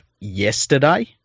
yesterday